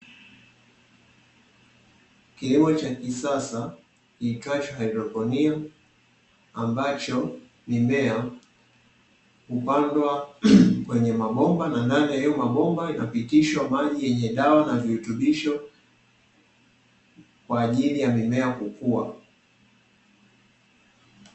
Kilimo cha kisasa kiitwacho haidroponi ambacho mimea hupandwa kwenye mabomba, na ndani ya hayo mabomba inapitishwa maji yenye dawa na virutubisho, kwa ajili ya mimea kukua.